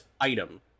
item